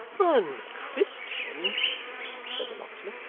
unchristian! said the locksmith.